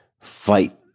fight